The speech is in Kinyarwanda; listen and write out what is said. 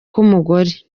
k’umugore